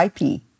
IP